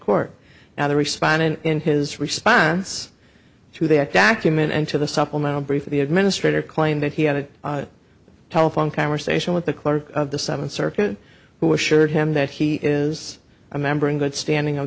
court now they responded in his response to that document and to the supplemental brief the administrator claim that he had a telephone conversation with the clerk of the seventh circuit who assured him that he is a member in good standing o